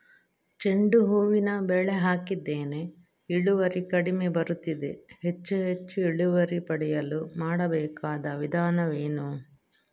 ಚೆಂಡು ಹೂವಿನ ಬೆಳೆ ಹಾಕಿದ್ದೇನೆ, ಇಳುವರಿ ಕಡಿಮೆ ಬರುತ್ತಿದೆ, ಹೆಚ್ಚು ಹೆಚ್ಚು ಇಳುವರಿ ಪಡೆಯಲು ಮಾಡಬೇಕಾದ ವಿಧಾನವೇನು?